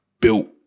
built